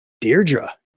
Deirdre